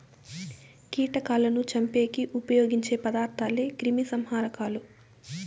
కీటకాలను చంపేకి ఉపయోగించే పదార్థాలే క్రిమిసంహారకాలు